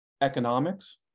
economics